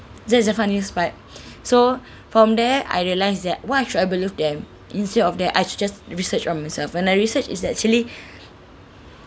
that's the funniest part so from there I realise that why should I believe them instead of that I should just research on myself when I research is actually